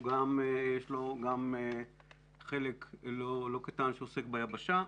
יש לו חלק לא קטן שעוסק ביבשה.